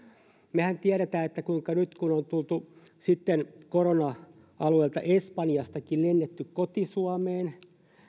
mehän tiedämme kuinka nyt kun on on tultu sitten korona alueelta on espanjastakin lennetty koti suomeen